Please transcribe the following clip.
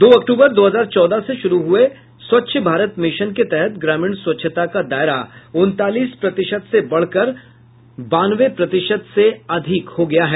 दो अक्टूबर दो हजार चौदह से शुरू हुए स्वच्छ भारत मिशन के तहत ग्रामीण स्वच्छता का दायरा उन्तालीस प्रतिशत से बढ़कर बानवे प्रतिशत से अधिक हो गया है